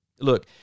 Look